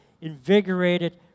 invigorated